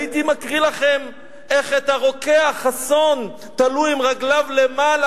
הייתי מקריא לכם איך את הרוקח חסון תלו עם רגליו למעלה,